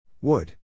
Wood